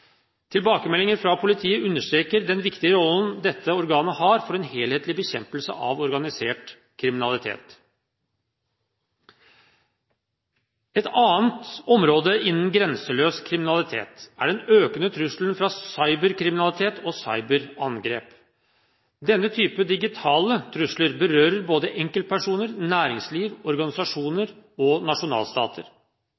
Tilbakemeldinger fra politiet understreker den viktige rollen dette organet har for en helhetlig bekjempelse av organisert kriminalitet. Et annet område innen grenseløs kriminalitet er den økende trusselen fra cyberkriminalitet og cyberangrep. Denne typen digitale trusler berører både enkeltpersoner, næringsliv,